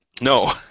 No